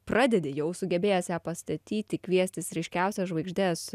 pradedi jau sugebėjęs ją pastatyti kviestis ryškiausias žvaigždes